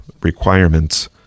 requirements